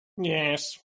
Yes